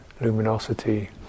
luminosity